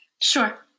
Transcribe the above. Sure